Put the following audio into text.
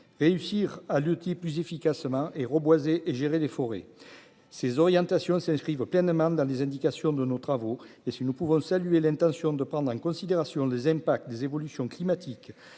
réussir à lutter plus efficacement et reboiser et gérer les forêts ses orientations s'inscrivent pleinement dans les indications de nos travaux et si nous pouvons saluer l'intention de prendre en considération les impacts des évolutions climatiques